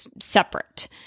separate